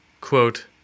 Quote